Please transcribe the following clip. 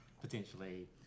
potentially